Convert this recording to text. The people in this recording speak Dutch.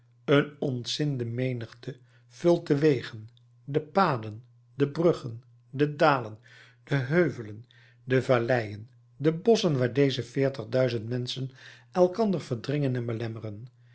een ontzinde menigte vult de wegen de paden de bruggen de dalen de heuvelen de valleien de bosschen waar deze veertig duizend menschen elkander verdringen en belemmeren